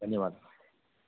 धन्यवादः